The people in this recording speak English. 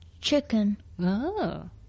chicken